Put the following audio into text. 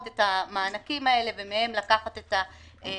את המענקים האלה ומהם לקחת את המחזור,